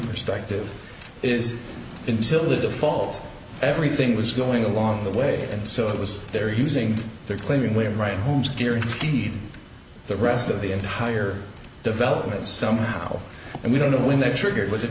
perspective is until the default everything was going along the way and so it was their using their clearing way of writing homes guaranteed the rest of the entire development somehow and we don't know when that triggered was